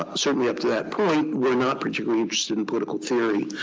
ah certainly up to that point, were not particularly interested in political theory,